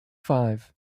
five